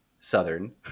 southern